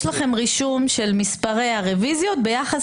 יש לכם רישום של מספרי הרוויזיות ביחס